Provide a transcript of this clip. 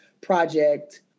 Project